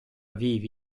vivi